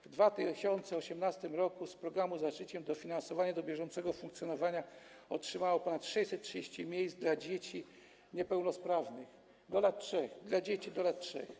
W 2018 r. z programu „Za życiem” dofinansowanie do bieżącego funkcjonowania otrzymało ponad 630 miejsc dla dzieci niepełnosprawnych do lat 3, dla dzieci do lat 3.